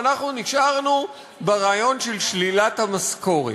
ואנחנו נשארנו ברעיון של שלילת המשכורת.